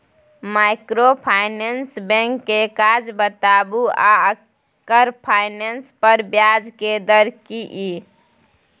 Microfinance bank के काज बताबू आ एकर फाइनेंस पर ब्याज के दर की इ?